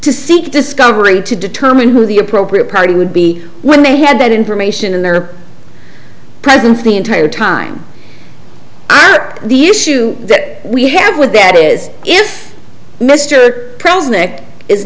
to seek discovery to determine who the appropriate party would be when they had that information in their presence the entire time the issue that we have with that is if m